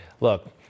Look